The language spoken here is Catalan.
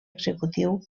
executiu